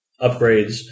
upgrades